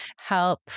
help